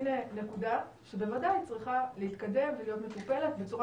הנה נקודה שבוודאי צריכה להתקדם ולהיות מטופלת בצורה